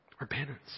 Repentance